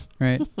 Right